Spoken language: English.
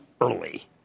early